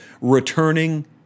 returning